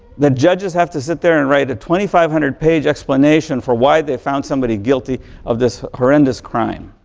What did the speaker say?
the judges have to sit there and write a twenty-five hundred page explanation for why they found somebody guilty of this horrendous crime.